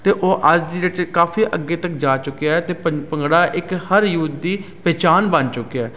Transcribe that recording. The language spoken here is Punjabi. ਅਤੇ ਉਹ ਅੱਜ ਦੀ ਡੇਟ 'ਚ ਕਾਫ਼ੀ ਅੱਗੇ ਤੱਕ ਜਾ ਚੁੱਕਿਆ ਹੈ ਅਤੇ ਭੰਗ ਭੰਗੜਾ ਇੱਕ ਹਰ ਯੂਥ ਦੀ ਪਹਿਚਾਣ ਬਣ ਚੁੱਕਿਆ ਹੈ